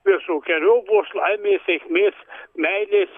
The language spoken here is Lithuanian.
visokeriopos laimės sėkmės meilės